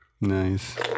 Nice